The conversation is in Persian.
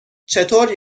چطور